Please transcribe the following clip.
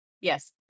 yes